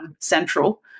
Central